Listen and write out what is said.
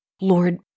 Lord